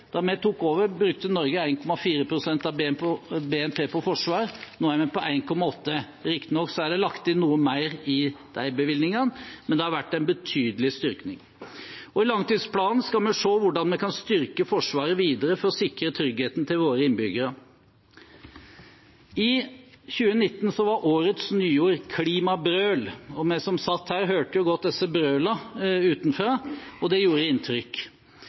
Da vi tok over, brukte Norge 1,4 pst. av BNP på forsvar. Nå er vi på 1,8 pst. Riktignok er det lagt inn noe mer i de bevilgningene, men det har vært en betydelig styrking. I langtidsplanen skal vi se på hvordan vi kan styrke Forsvaret videre for å sikre tryggheten til våre innbyggere. I 2019 var årets nyord «klimabrøl». Vi som satt her, hørte godt disse brølene utenfra, og det gjorde inntrykk.